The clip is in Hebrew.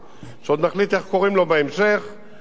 המחלף שיהיה צפונית ללהבים, חוצה-ישראל,